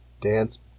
dance